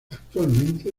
actualmente